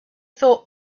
thought